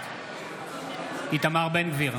בעד איתמר בן גביר,